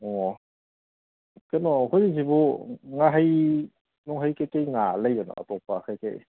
ꯑꯣ ꯀꯩꯅꯣ ꯑꯩꯈꯣꯏꯒꯤꯁꯤꯕꯨ ꯉꯥꯍꯩ ꯉꯥꯍꯩ ꯀꯩꯀꯩ ꯉꯥ ꯂꯩꯒꯗ꯭ꯔꯥ ꯑꯇꯣꯞꯄ ꯀꯩꯀꯩ